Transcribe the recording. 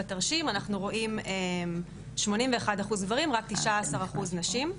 בתרשים אנחנו רואים 81% גברים, רק 19% נשים.